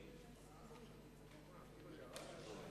אדוני היושב-ראש,